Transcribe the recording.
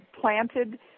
planted